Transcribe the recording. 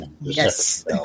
Yes